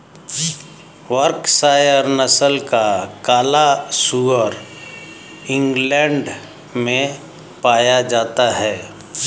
Berkshire नस्ल का काला सुअर इंग्लैण्ड में पाया जाता है